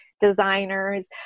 designers